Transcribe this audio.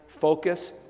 focus